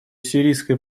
сирийской